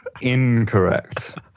incorrect